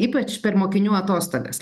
ypač per mokinių atostogas